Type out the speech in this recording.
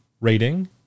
rating